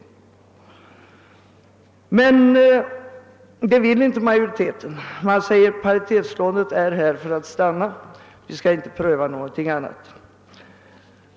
Men det vill inte majoriteten. Man säger att paritetslånesystemet är här för att stanna; vi skall inte pröva någonting annat.